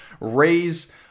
raise